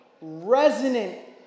resonant